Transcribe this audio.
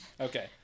Okay